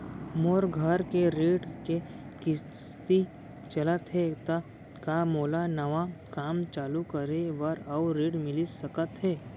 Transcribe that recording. मोर घर के ऋण के किसती चलत हे ता का मोला नवा काम चालू करे बर अऊ ऋण मिलिस सकत हे?